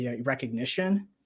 recognition